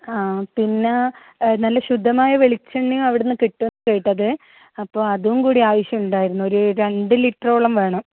ആ പിന്നെ ആ നല്ല ശുദ്ധമായ വെളിച്ചെണ്ണയും അവിടെ നിന്ന് കിട്ടും കേട്ടത് അപ്പോൾ അതും കൂടി ആവശ്യം ഉണ്ടായിരുന്നു ഒരു രണ്ടു ലീറ്ററോളം വേണം